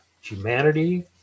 humanity